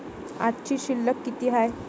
आजची शिल्लक किती हाय?